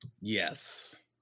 Yes